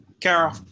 Carol